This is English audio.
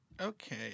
Okay